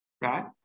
right